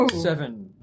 seven